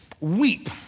weep